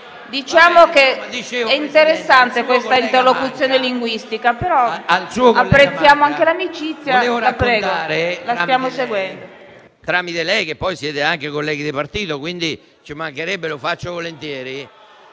diciamo che è interessante questa interlocuzione linguistica, e apprezziamo anche l'amicizia,